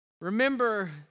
remember